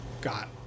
got